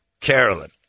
Carolyn